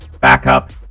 Backup